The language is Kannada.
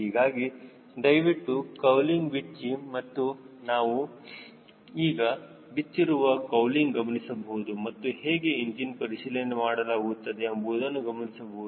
ಹೀಗಾಗಿ ದಯವಿಟ್ಟು ಕೌಲಿಂಗ್ ಬಿಚ್ಚಿ ಮತ್ತು ನಾವು ಈಗ ಬಿಚ್ಚಿರುವ ಕೌಲಿಂಗ್ ಗಮನಿಸಬಹುದು ಮತ್ತು ಹೇಗೆ ಇಂಜಿನ್ ಪರಿಶೀಲನೆ ಮಾಡಲಾಗುತ್ತದೆ ಎಂಬುದನ್ನು ಗಮನಿಸಬಹುದು